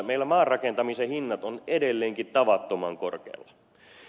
meillä maarakentamisen hinnat ovat edelleenkin tavattoman korkealla